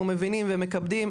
אנחנו מבינים ומכבדים.